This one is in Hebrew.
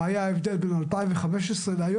מה היה ההבדל בין 2015 להיום,